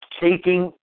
taking